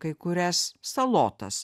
kai kurias salotas